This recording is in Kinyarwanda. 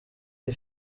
iyi